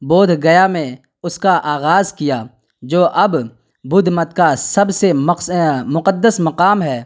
بودھ گیا میں اس کا آغاز کیا جو اب بدھ مت کا سب سے مقدس مقام ہے